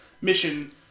mission